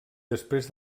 després